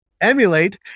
emulate